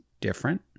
different